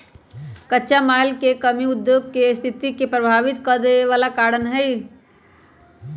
कच्चा माल के कमी उद्योग के सस्थिति के प्रभावित कदेवे बला कारण हई